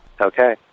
Okay